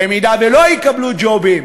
במידה שלא יקבלו ג'ובים,